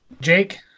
jake